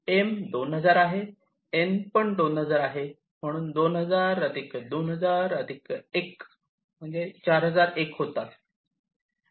M 2000 आणि N 2000 म्हणून 2000 2000 1 4001 होतात